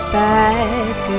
back